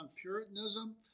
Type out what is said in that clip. Puritanism